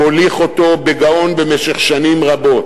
מוליך אותו בגאון במשך שנים רבות: